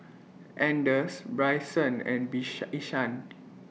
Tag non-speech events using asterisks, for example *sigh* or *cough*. Anders Brycen and *unintelligible* Ishaan